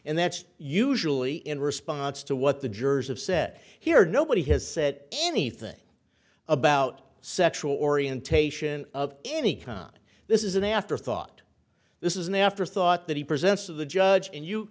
and that's usually in response to what the jurors have said here nobody has said anything about sexual orientation of any kind this is an afterthought this is an afterthought that he presents of the judge and you